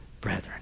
brethren